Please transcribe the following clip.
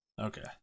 Okay